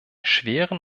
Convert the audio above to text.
schweren